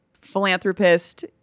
philanthropist